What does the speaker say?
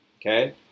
Okay